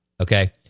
okay